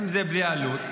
אם זה בלי עלות,